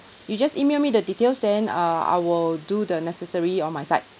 you just email me the details then err I will do the necessary on my side